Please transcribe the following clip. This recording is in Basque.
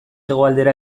hegoaldera